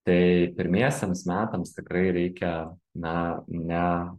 tai pirmiesiems metams tikrai reikia na ne